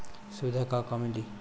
सुविधा का का मिली?